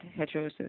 heterosis